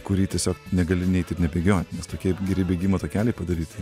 kurį tiesiog negali neit ir nebėgiot nes tokie geri bėgimo takeliai padaryti